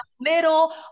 middle